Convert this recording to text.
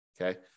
Okay